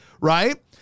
right